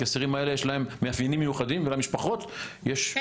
לאסירים האלה יש מאפיינים מיוחדים ולמשפחות יש סכנות אחרות.